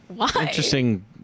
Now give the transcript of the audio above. Interesting